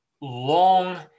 long